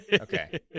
Okay